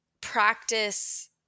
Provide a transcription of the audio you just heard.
practice